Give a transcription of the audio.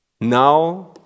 Now